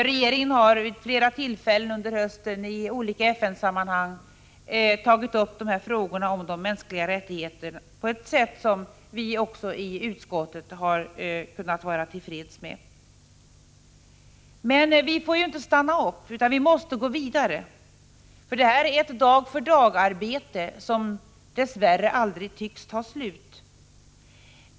Regeringen har i olika FN-sammanhang vid flera tillfällen under hösten tagit upp de här frågorna om de mänskliga rättigheterna, och det har skett på ett sätt som vi i utskottet har kunnat vara nöjda med. Men vi får inte stanna upp utan måste gå vidare, för det här är ett dag-för-dag-arbete, som dess värre aldrig tycks ta slut.